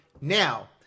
Now